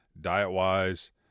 diet-wise